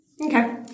okay